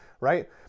Right